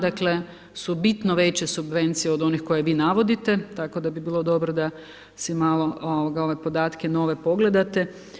Dakle su bitno veće subvencije od onih koje vi navodite, tako da bi bilo dobro da si malo ove podatke nove pogledate.